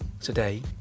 today